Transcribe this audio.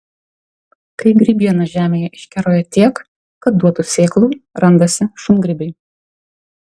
kai grybiena žemėje iškeroja tiek kad duotų sėklų randasi šungrybiai